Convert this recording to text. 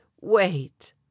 Wait